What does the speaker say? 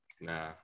Nah